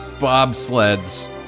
bobsleds